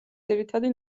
ძირითადი